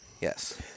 Yes